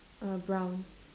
err brown